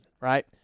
right